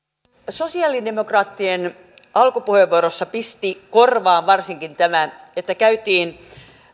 sosialidemokraattien alkupuheenvuorossa pisti korvaan varsinkin tämä että käytiin